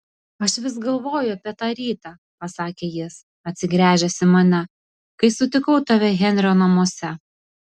aš vis galvoju apie tą rytą pasakė jis atsigręžęs į mane kai sutikau tave henrio namuose